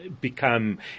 become